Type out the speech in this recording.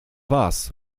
was